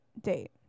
date